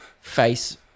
face